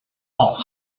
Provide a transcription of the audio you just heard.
off